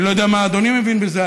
אני לא יודע מה אדוני מבין בזה.